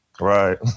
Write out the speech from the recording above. Right